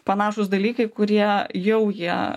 panašūs dalykai kurie jau jie